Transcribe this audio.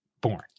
born